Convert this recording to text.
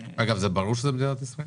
ברור שזה מדינת ישראל?